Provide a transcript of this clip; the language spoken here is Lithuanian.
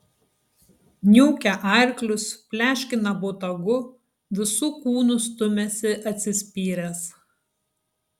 niūkia arklius pleškina botagu visu kūnu stumiasi atsispyręs